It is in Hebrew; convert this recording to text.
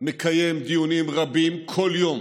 מקיים דיונים רבים כל יום